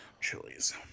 chilies